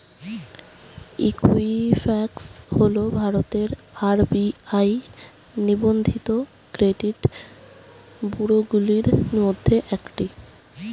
Equifax হল ভারতের RBI নিবন্ধিত ক্রেডিট ব্যুরোগুলির মধ্যে একটি